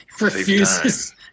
refuses